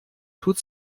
tut